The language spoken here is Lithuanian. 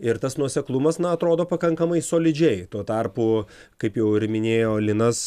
ir tas nuoseklumas na atrodo pakankamai solidžiai tuo tarpu kaip jau ir minėjo linas